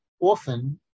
often